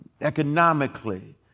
economically